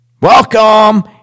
Welcome